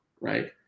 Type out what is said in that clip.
right